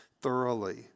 thoroughly